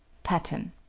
patten.